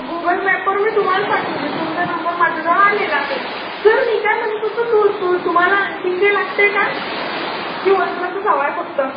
Google मॅपवर मी तुम्हाला पाठवून देईल तुमचा नंबर माझ्याजवळ आलेला आहे सर मी काय म्हणत होतो तु तु तुम्हाला आणखीन काय लागतं आहे का की वन प्लसच हवा आहे फक्त